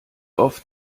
oft